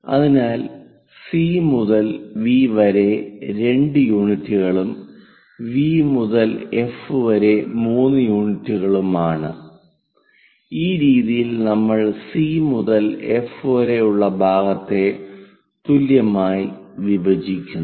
അതിനാൽ സി മുതൽ വി വരെ 2 യൂണിറ്റുകളും വി മുതൽ എഫ് വരെ 3 യൂണിറ്റുകളുമാണ് ഈ രീതിയിൽ നമ്മൾ സി മുതൽ എഫ് വരെ ഉള്ള ഭാഗത്തെ തുല്യമായി വിഭജിക്കുന്നു